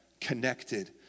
connected